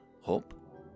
hope